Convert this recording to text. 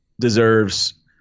deserves